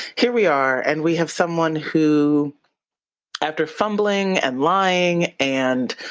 here we are and we have someone who after fumbling and lying and